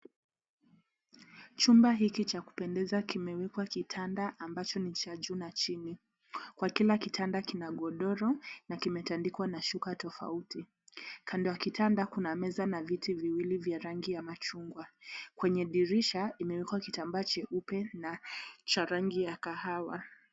Chumba hiki cha kupendeza kimewekwa kitanda ambacho ni cha juu na chini kwa kila kitanda kina godoro na kimetandikwa na shuka tofauti. Kando ya kitanda kuna meza na viti viwili vya rangi ya machungwa kwenye dirisha imewekwa kitambaa cheupe na cha rangi ya kahawa.